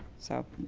so.